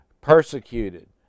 persecuted